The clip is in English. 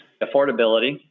affordability